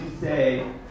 say